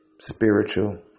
Spiritual